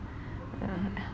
yeah